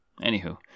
Anywho